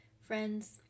Friends